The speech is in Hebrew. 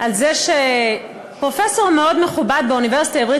על זה שפרופסור מאוד מכובד באוניברסיטה העברית